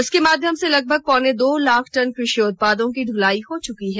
इसके माध्यम से लगभग पौने दो लाख टन कृषि उत्पादों की ढुलाई हो चुकी है